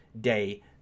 day